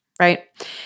right